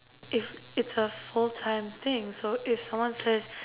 if it's a full time thing so if someone says